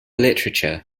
literature